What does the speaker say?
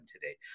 today